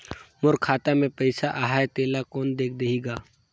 मोर खाता मे पइसा आहाय तेला कोन देख देही गा?